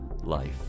life